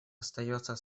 остается